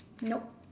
nope